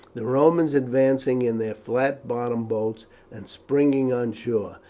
the romans advancing in their flat bottomed boats and springing on shore.